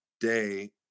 day